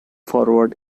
forward